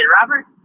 Robert